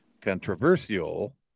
controversial